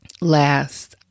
last